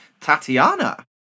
Tatiana